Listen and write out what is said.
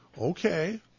Okay